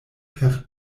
per